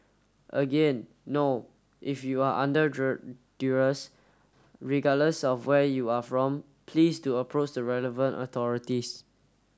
again no if you are under durees regardless of where you are from please do approach the relevant authorities